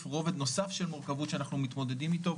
רובד נוסף של מורכבות שאנחנו מתמודדים איתו,